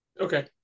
Okay